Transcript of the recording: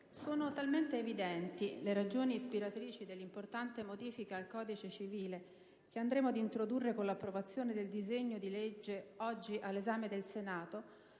sono talmente evidenti le ragioni ispiratrici dell'importante modifica al codice civile che andremo ad introdurre con l'approvazione del disegno di legge oggi all'esame del Senato